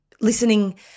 listening